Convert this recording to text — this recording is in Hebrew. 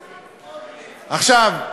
עכשיו,